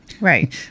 right